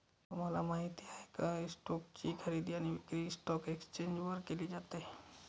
तुम्हाला माहिती आहे का? स्टोक्स ची खरेदी आणि विक्री स्टॉक एक्सचेंज वर केली जाते